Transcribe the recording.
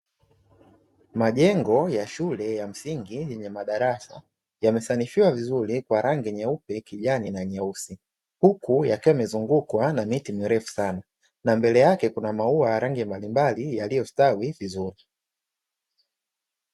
Majengo ya shule ya msingi yenye madarasa yamesanifiwa vizuri kwa rangi: nyeupe, kijani, na nyeusi; huku yakiwa yamezungukwa na miti mirefu sana na mbele yake kuna maua ya rangi mbalimbali yaliyostawi vizuri.